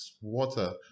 water